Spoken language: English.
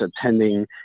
attending